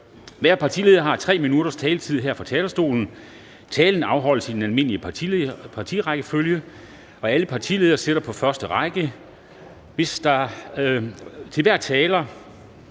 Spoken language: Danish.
Hver partileder har 3 minutters taletid her fra talerstolen. Talen afholdes i den almindelige partirækkefølge, og alle partiledere sidder på første række. Til hver taler